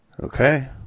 Okay